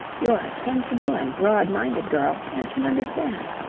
you're a sensible and broad-minded girl and can understand.